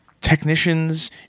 technicians